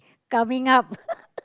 coming up